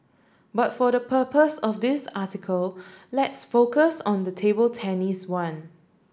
but for the purpose of this article let's focus on the table tennis one